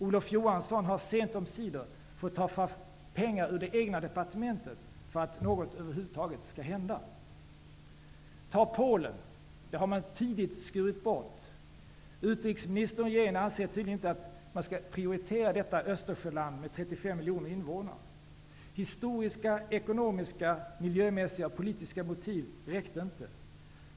Olof Johansson har sent omsider fått ta fram pengar ur det egna departementet för att någonting över huvud taget skall hända. Polen har man tidigt skurit bort. Utrikesministern och regeringen anser tydligen inte att man skall prioritera detta Östersjöland med 35 miljoner invånare. Historiska, ekonomiska, miljömässiga och politiska motiv räckte inte.